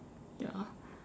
ya